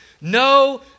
No